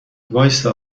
وایستا